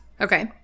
Okay